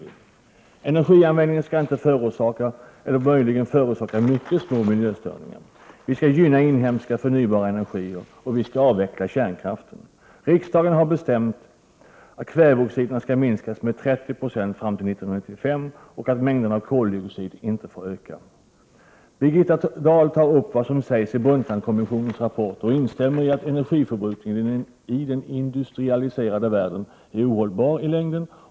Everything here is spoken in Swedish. Energianvändningen skall inte förorsaka miljöstörningar eller möjligen förorsaka mycket små sådana. Vi skall gynna inhemska förnybara energier, och vi skall avveckla kärnkraften. Riksdagen har bestämt att kväveoxiderna skall minskas med 30 9 fram till 1995 och att mängderna av koldioxid inte får öka. Birgitta Dahl tar upp vad som sägs i Brundtlandkommissionens rapport och instämmer i att energiförbrukningen i den industrialiserade världen är ohållbar i längden.